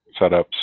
setups